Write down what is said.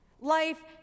Life